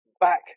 back